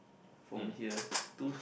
from here too